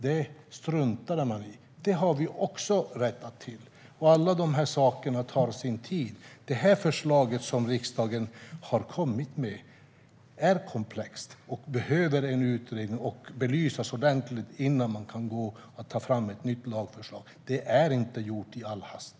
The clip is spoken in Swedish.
Det struntade man i, men detta har vi också rättat till. Alla dessa saker tar tid. Det förslag som riksdagen har kommit med är komplext och behöver utredas och belysas ordentligt innan ett nytt lagförslag kan tas fram. Detta är inte gjort i all hast.